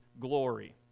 glory